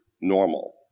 normal